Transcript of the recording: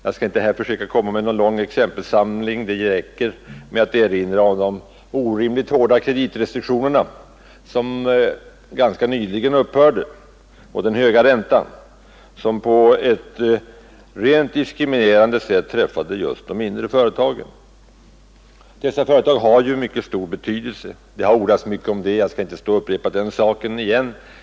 Jag skall inte försöka komma med någon lång exempelsamling — det räcker med att erinra om de orimligt hårda kreditrestriktionerna, som ganska nyligen upphörde, och den höga räntan, som på ett rent diskriminerande sätt träffat just de mindre företagen. Dessa företag har ju stor betydelse. Det har ordats mycket om det, och jag skall inte göra några upprepningar.